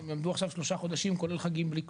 כשהם --- עכשיו שלושה חודשים כולל חגים בלי כלום.